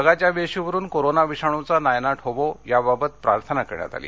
जगाच्या वेशीवरून कोरोना विषाणूचा नायनाट होवो याबाबत प्रार्थना केली